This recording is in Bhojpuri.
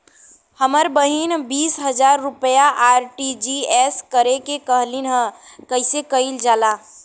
हमर बहिन बीस हजार रुपया आर.टी.जी.एस करे के कहली ह कईसे कईल जाला?